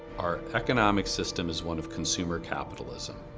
our economic system is one of consumer capitalism,